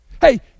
Hey